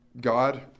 God